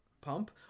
pump